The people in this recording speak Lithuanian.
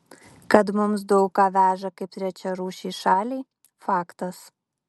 kad mums daug ką veža kaip trečiarūšei šaliai faktas